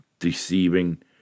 deceiving